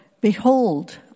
Behold